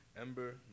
Ember